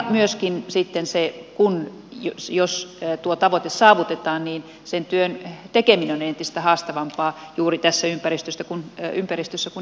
myöskin sitten jos tuo tavoite saavutetaan sen työn tekeminen on entistä haastavampaa juuri tässä ympäristössä kun edustustoverkkoakin karsitaan